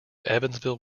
evansville